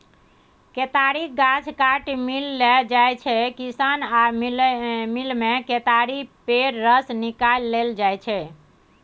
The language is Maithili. केतारीक गाछ काटि मिल लए जाइ छै किसान आ मिलमे केतारी पेर रस निकालल जाइ छै